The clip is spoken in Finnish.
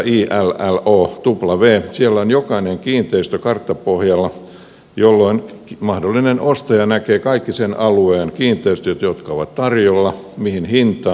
siellä on jokainen kiinteistö karttapohjalla jolloin mahdollinen ostaja näkee kaikki sen alueen kiinteistöt jotka ovat tarjolla ja mihin hintaan